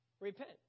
Repent